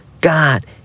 God